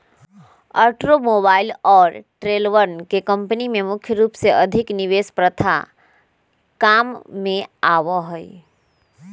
automobile और ट्रेलरवन के कम्पनी में मुख्य रूप से अधिक निवेश प्रथा काम में आवा हई